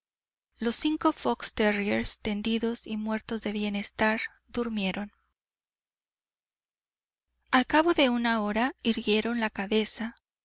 los cinco fox terriers tendidos y muertos de bienestar durmieron al cabo de una hora irguieron la cabeza